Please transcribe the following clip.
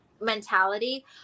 mentality